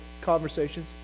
conversations